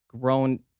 grown